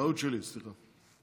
טעות שלי, סליחה.